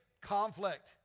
conflict